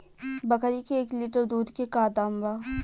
बकरी के एक लीटर दूध के का दाम बा?